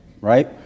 right